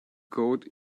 code